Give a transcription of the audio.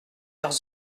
leurs